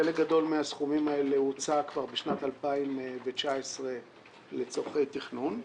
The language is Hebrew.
חלק גדול מהסכומים האלה הוצא כבר בשנת 2019 לצורכי תכנון.